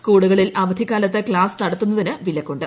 സ്കൂളുകളിൽ അവധിക്കാലത്ത് ക്ലാസ് നടത്തുന്നിന് വിലക്കുണ്ട്